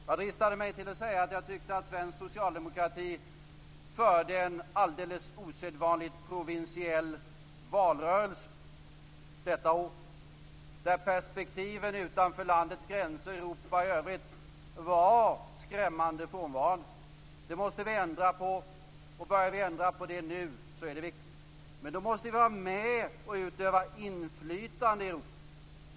Jag dristade mig till att säga att jag tyckte att svensk socialdemokrati förde en alldeles osedvanligt provinsiell valrörelse. Perspektiven utanför landets gränser och Europa i övrigt var skrämmande frånvarande. Det måste vi ändra på. Börjar vi ändra på det nu är det viktigt. Men då måste vi vara med och utöva inflytande i Europa.